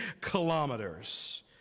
kilometers